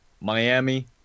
Miami